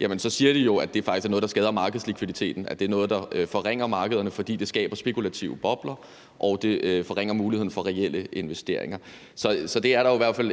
handel, at det faktisk er noget, der skader markedslikviditeten, at det er noget, der forringer markederne, fordi det skaber spekulative bobler og det forringer muligheden for reelle investeringer. Så der er der jo i hvert fald